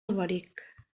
alberic